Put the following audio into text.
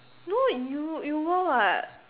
no you you were what